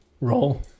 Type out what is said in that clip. roll